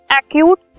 acute